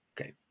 Okay